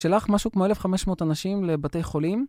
שלח משהו כמו 1,500 אנשים לבתי חולים